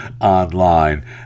online